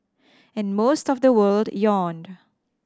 and most of the world yawned